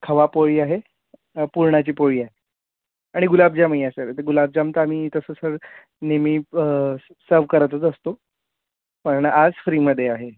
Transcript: खवा पोळी आहे पुरणाची पोळी आहे आणि गुलाबजामही आहे सर तर गुलाबजाम तर आम्ही तसं सर नेहमी सव्ह करतच असतो पण आज फ्रीमध्ये आहे